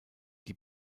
die